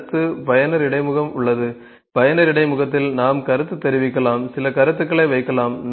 அடுத்து பயனர் இடைமுகம் உள்ளது பயனர் இடைமுகத்தில் நாம் கருத்து தெரிவிக்கலாம் சில கருத்துகளை வைக்கலாம்